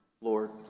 Lord